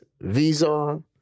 Visa